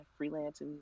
freelancing